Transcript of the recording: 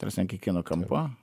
ta rasme an kiekvieno kampo